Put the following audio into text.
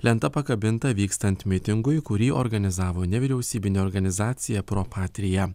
lenta pakabinta vykstant mitingui kurį organizavo nevyriausybinė organizacija propatrija